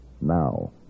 Now